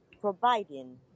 providing